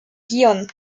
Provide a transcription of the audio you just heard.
guion